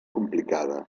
complicada